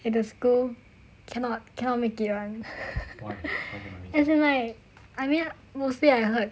in the school cannot cannot make it [one] as in like I mean mostly I heard